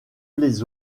les